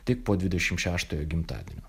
tik po dvidešim šeštojo gimtadienio